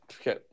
Okay